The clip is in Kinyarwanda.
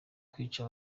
kwica